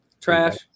Trash